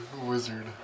wizard